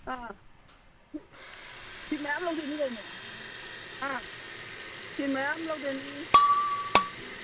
ꯑꯥ ꯐꯤ ꯃꯌꯥꯝ ꯂꯧꯗꯣꯏꯅꯤ ꯀꯩꯅꯣ ꯑꯥ ꯐꯤ ꯃꯌꯥꯝ ꯂꯧꯗꯣꯏꯅꯤ ꯎꯝ